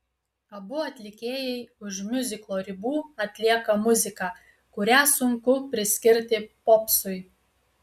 abu atlikėjai už miuziklo ribų atlieka muziką kurią sunku priskirti popsui